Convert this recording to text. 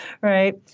Right